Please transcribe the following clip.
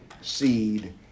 seed